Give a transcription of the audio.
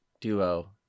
duo